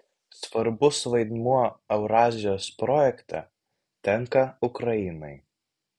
svarbus vaidmuo eurazijos projekte tenka ukrainai